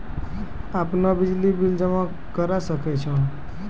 आपनौ बिजली bill online जमा करै सकै छौ?